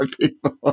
People